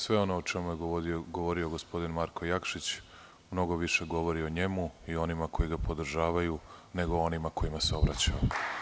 Sve ono o čemu je govorio gospodin Marko Jakšić, mnogo više govori o njemu i o onima koji ga podržavaju, nego o onima kojima se obraćao.